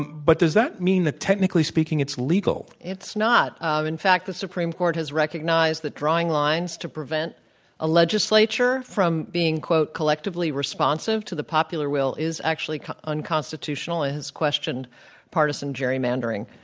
but does that mean that, technically speaking, it's legal? it's not. um in fact, the supreme court has recognized that drawing lines to prevent a legislature from being, quote, collectively responsive to the popular will is actually unconstitutional and has questioned partisan gerrymandering.